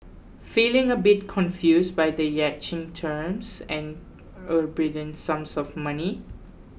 feeling a bit confused by the yachting terms and sums of money